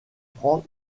francs